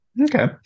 Okay